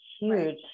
huge